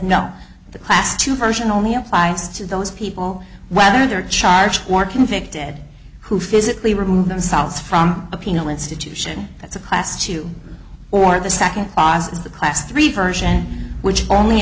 no the class two version only applies to those people whether they're charged or convicted who physically remove themselves from a penal institution that's a class two or the second oz is the class three version which only